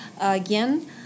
again